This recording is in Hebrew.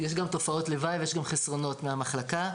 ויש גם חסרונות מהמחלקה.